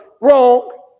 Wrong